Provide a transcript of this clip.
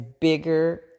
bigger